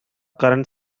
current